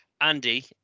Andy